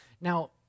now